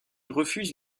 refuse